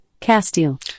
Castile